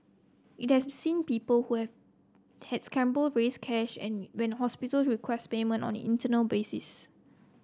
it has seen people who have had scramble raise cash when hospital request payment on an internal basis